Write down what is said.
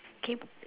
okay